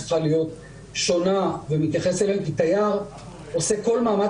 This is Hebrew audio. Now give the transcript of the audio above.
צריכה להיות שונה כי תייר עושה כל מאמץ